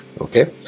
okay